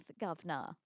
Governor